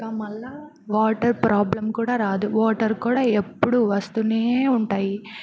ఇంకా మళ్ళీ water problem కూడా రాదు వాటర్ కూడా ఎప్పుడూ వస్తూనే ఉంటాయి